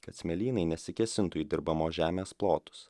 kad smėlynai nesikėsintų į dirbamos žemės plotus